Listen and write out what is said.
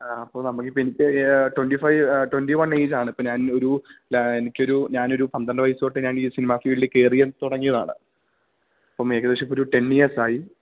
ആ അപ്പം നമുക്കിപ്പം എനിക്ക് ട്വൻ്റി ഫൈവ് ട്വൻ്റി വൺ ഏജാണ് ഇപ്പ ഞാൻ ഒരു എനിക്കൊരു ഞാനൊരു പന്ത്രണ്ട് വയസ്സ് തൊട്ട് ഞാൻ ഈ സിനിമ ഫീൽഡി കേറി തുടങ്ങിയതാണ് അപ്പം ഏകദേശം ഇപ്പൊരു ടെൻ ഇയേഴ്സായി